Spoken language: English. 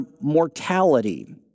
mortality